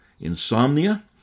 insomnia